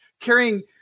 carrying